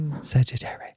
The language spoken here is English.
Sagittarius